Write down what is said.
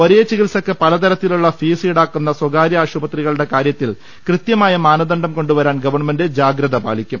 ഒരേ ചികിത്സക്ക് പലതരത്തിലുള്ള ഫീസ് ഈടാക്കുന്ന സ്വകാര്യ ആശുപത്രികളുടെ കാര്യത്തിൽ കൃത്യമായ മാനദണ്ഡം കൊണ്ടുവരാൻ ഗവൺമെന്റ് ജാഗ്രത പാലിക്കും